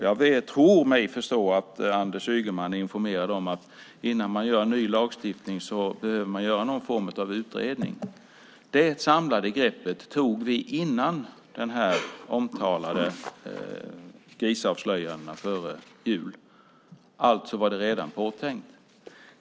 Jag tror mig förstå att Anders Ygeman är informerad om att man innan man utformar en ny lagstiftning behöver göra någon form av utredning. Det samlade greppet tog vi innan de omtalade grisavslöjandena före jul. Alltså var det redan påtänkt.